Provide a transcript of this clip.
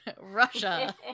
Russia